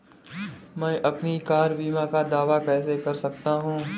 मैं अपनी कार बीमा का दावा कैसे कर सकता हूं?